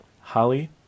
Holly